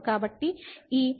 కాబట్టి ఈ fx00